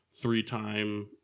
three-time